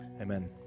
Amen